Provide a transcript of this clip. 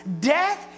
Death